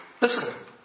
listen